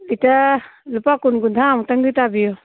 litre ꯂꯨꯄꯥ ꯀꯨꯟ ꯀꯨꯟꯊ꯭ꯔꯥ ꯃꯨꯛꯇꯪꯗꯤ ꯇꯥꯕꯤꯌꯨ